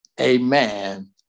Amen